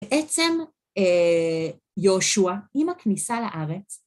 בעצם יהושע, עם הכניסה לארץ